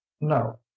no